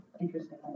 interesting